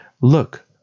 Look